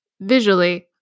visually